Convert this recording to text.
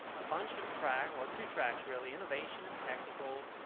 a bunch of track. well, two tracks really innovation and technical